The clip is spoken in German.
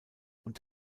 und